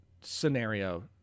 scenario